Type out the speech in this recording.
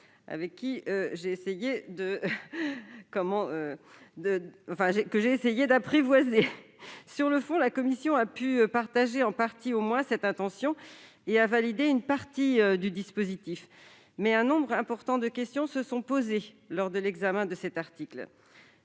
que j'ai essayé d'apprivoiser. Sur le fond, la commission a pu partager, en partie au moins, cette intention et a validé une partie du dispositif. Toutefois, un nombre important de questions se sont posées lors de l'examen de cet article.